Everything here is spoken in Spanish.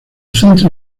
centro